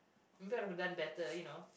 you could've done better you know